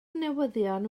newyddion